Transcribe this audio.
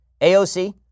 AOC